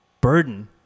burden